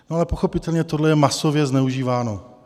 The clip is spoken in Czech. No ale pochopitelně tohle je masově zneužíváno.